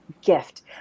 gift